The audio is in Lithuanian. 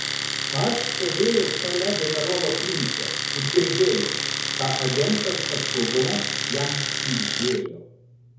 aš stovėjau šalia generolo klinčo ir girdėjau ką agentas paskubom jam šnibždėjo